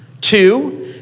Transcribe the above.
Two